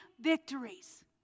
victories